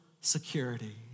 security